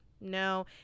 No